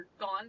gone